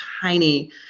tiny